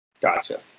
Gotcha